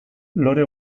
lore